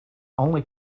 only